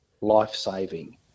life-saving